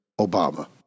Obama